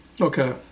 Okay